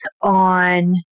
on